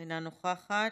אינה נוכחת.